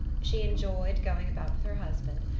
she enjoyed going about with her husband,